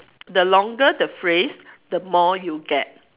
the longer the phrase the more you get